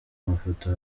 amafoto